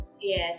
Yes